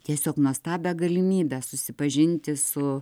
tiesiog nuostabią galimybę susipažinti su